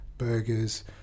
burgers